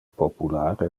popular